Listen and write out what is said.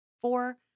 Four